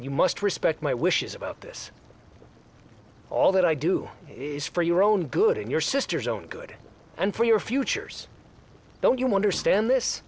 you must respect my wishes about this all that i do is for your own good and your sister's own good and for your futures don't you understand this